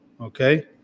okay